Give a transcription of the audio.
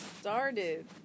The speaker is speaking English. started